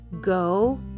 go